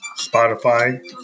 Spotify